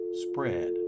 spread